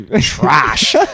trash